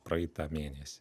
praeitą mėnesį